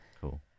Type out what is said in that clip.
Cool